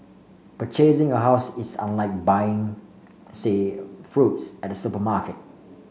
purchasing a house is unlike buying say fruits at supermarket